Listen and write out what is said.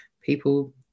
people